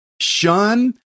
shun